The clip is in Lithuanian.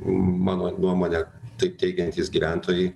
mano nuomone taip teigiantys gyventojai